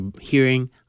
hearing